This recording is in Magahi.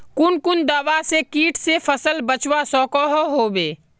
कुन कुन दवा से किट से फसल बचवा सकोहो होबे?